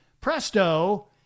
presto